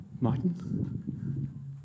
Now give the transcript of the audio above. Martin